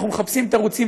אנחנו מחפשים תירוצים,